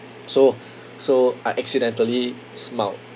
so so I accidentally smiled